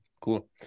cool